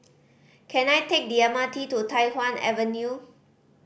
can I take the M R T to Tai Hwan Avenue